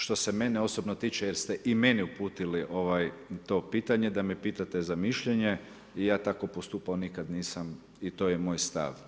Što se mene osobno tiče jer ste i meni uputili to pitanje da me pitate za mišljenje, ja tako postupao nikad nisam i to je moj stav.